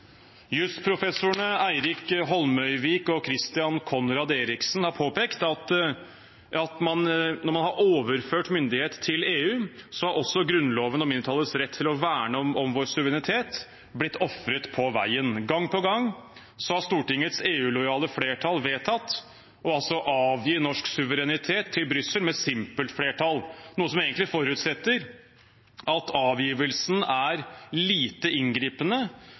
Eirik Holmøyvik og Christoffer Conrad Eriksen har påpekt at når man har overført myndighet til EU, har også Grunnloven om mindretallets rett til å verne om vår suverenitet blitt ofret på veien. Gang på gang har Stortingets EU-lojale flertall vedtatt å avgi norsk suverenitet til Brussel med simpelt flertall, noe som egentlig forutsetter at avgivelsen er lite inngripende,